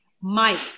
Mike